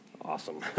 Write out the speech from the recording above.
Awesome